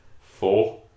Four